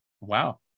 wow